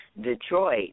Detroit